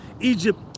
egypt